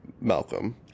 Malcolm